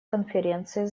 конференции